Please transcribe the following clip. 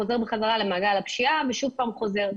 חוזר בחזרה למעגל הפשיעה ושוב פעם חוזר לכלא.